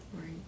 Right